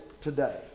today